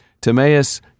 Timaeus